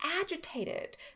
agitated